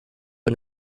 and